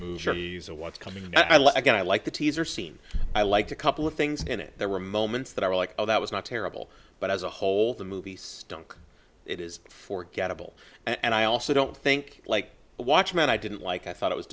movies or what's coming again i like the teaser scene i liked a couple of things in it there were moments that are like oh that was not terrible but as a whole the movie stunk it is forgettable and i also don't think like watchmen i didn't like i thought it was